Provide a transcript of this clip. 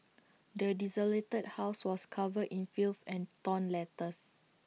the desolated house was covered in filth and torn letters